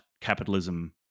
capitalism